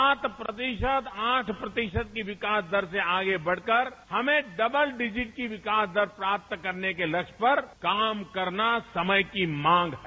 सात प्रतिशत आठ प्रतिशत की विकास दर से आगे बढ़कर हमें डबल डिजिट की विकास दर प्राप्त करने के लक्ष्य पर काम करना समय की मांग है